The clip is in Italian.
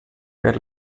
per